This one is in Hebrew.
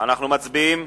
אנחנו מצביעים.